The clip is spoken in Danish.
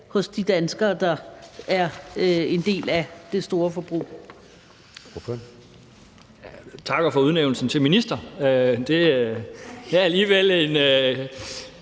hos de danskere, der er en del af det store forbrug.